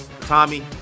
Tommy